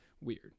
Weird